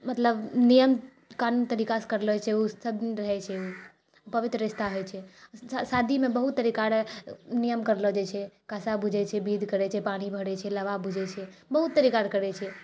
मतलब नियम कानूनी तरीकासँ करलो जाइत छै ओ सभदिन रहैत छै ओ पवित्र रिश्ता होइत छै शादीमे बहुत तरीकार नियम करलौ जाइत छै कसा भुजैत छै विधि करैत छै पानी भरैत छै लाबा भुजैत छै बहुत तरीका अर करैत छै